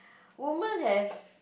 women have